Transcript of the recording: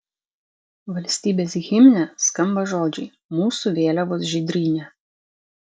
valstybės himne skamba žodžiai mūsų vėliavos žydrynė